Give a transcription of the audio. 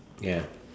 ya